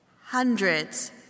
Hundreds